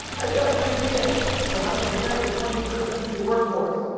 i've got an idea for how to prepare the twenty first century workforce,